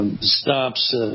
stops